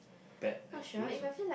bad experience or